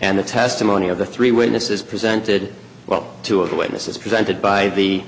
and the testimony of the three witnesses presented well two of the witnesses presented by the